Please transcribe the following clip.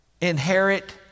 inherit